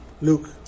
Luke